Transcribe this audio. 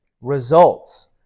results